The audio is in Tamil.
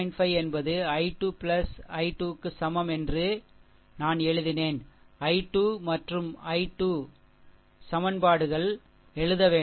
5 என்பது i 2 i 2 க்கு சமம் என்று நான் எழுதினேன் i 2 மற்றும் i 2 சமன்பாடுகள் எழுத வேண்டும்